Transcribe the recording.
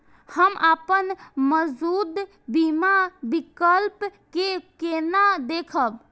हम अपन मौजूद बीमा विकल्प के केना देखब?